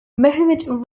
mohammed